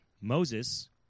Moses